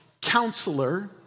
counselor